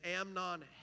Amnon